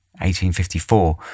1854